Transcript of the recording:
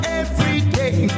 everyday